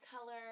color